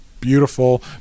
beautiful